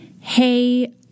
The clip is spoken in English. hey